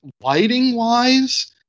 lighting-wise